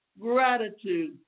gratitude